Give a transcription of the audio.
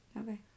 Okay